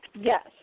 Yes